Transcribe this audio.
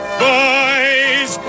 boys